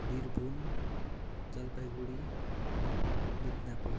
Birbhum Jalpaiguri Midnapore